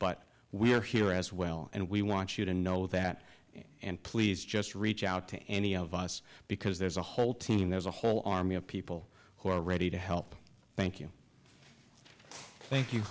but we're here as well and we want you to know that and please just reach out to any of us because there's a whole team there's a whole army of people who are ready to help thank you thank you